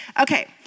Okay